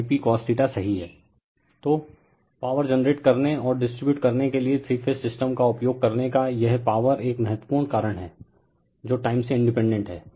refer slide time 1110 तो power generate करने और डिस्ट्रीब्यूट करने के लिए थ्री फेज सिस्टम का उपयोग करने का यह पॉवर एक महत्वपूर्ण कारण है रिफर देखें 1116 जो टाइम से इंडिपेंडेंट है